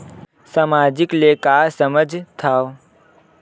सामाजिक ले का समझ थाव?